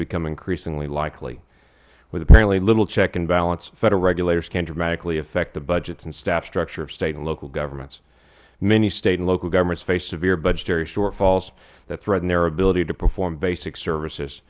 become increasingly likely with apparently little check and balance federal regulators can dramatically affect the budgets and staff structure of state and local governments many state and local governments face severe budgetary shortfalls that threaten their ability to perform basic services